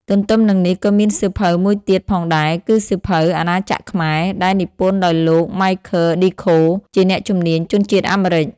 ទន្ទឹមនឹងនេះក៏មានសៀវភៅមួយទៀតផងដែរ គឺ សៀវភៅ អាណាចក្រខ្មែរ ដែលនិពន្ធដោយលោក ម៉ៃឃើល ឌី ខូ Michael D. Coe ជាអ្នកជំនាញជនជាតិអាមេរិក។